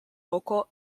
local